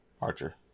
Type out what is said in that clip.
Archer